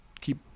keep